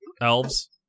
Elves